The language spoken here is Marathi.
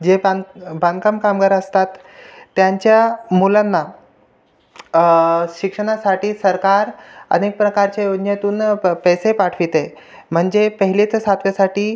जे बां बांधकाम कामगार असतात त्यांच्या मुलांना शिक्षणासाठी सरकार अनेक प्रकारच्या योजनेतून प पैसे पाठविते म्हणजे पहिले ते सातवीसाठी